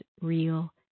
real